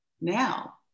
Now